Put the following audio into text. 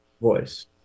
voice